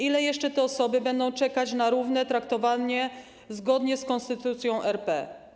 Ile jeszcze te osoby będą czekać na równe traktowanie zgodnie z Konstytucją RP?